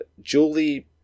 Julie